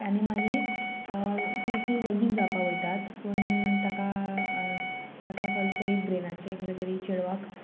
आनी मागीर तीसी लगीन जावपाक वयतात पूण ताका ताका खंय तरी ब्रेनाचे खंय तरी चेडवाक